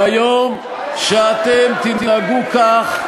ביום שאתם תנהגו כך,